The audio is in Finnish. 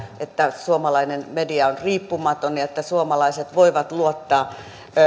että suomalainen media on riippumaton ja että suomalaiset voivat luottaa